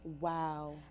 Wow